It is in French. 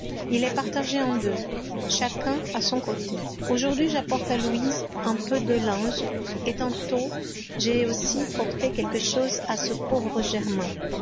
il est partagé en deux chacun a son côté aujourd'hui j'apporte à louise un peu de linge et tantôt j'ai aussi porté quelque chose à ce pauvre germain